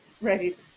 Right